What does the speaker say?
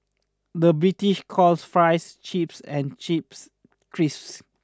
the British calls fries chips and chips crisps